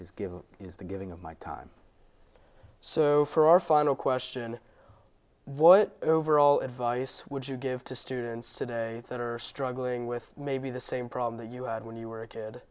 given is the giving of my time so for our final question what overall advice would you give to students today that are struggling with maybe the same problem that you had when you were a